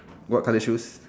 what colour shoes